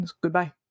Goodbye